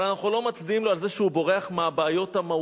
אבל אנחנו לא מצדיעים לו על זה שהוא בורח מהבעיות המהותיות,